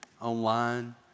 online